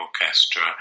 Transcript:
orchestra